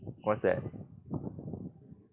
what's that